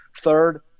third